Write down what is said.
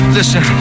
Listen